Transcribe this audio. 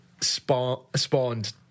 spawned